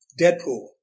Deadpool